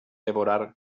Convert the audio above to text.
devorar